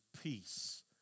peace